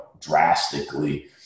drastically